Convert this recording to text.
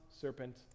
serpent